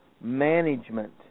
management